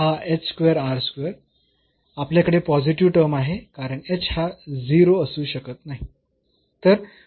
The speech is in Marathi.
आपल्याकडे पॉझिटिव्ह टर्म आहे कारण h हा 0 असू शकत नाही